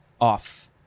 off